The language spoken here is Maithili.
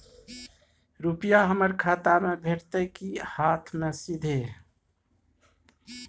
रुपिया हमर खाता में भेटतै कि हाँथ मे सीधे?